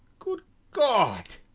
good god!